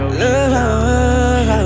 love